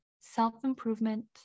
self-improvement